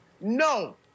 no